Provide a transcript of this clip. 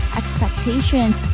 expectations